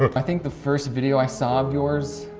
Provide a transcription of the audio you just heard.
but i think the first video i saw of yours,